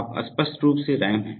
आप स्पष्ट रूप से रैम है